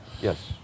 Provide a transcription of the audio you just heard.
Yes